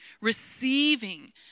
receiving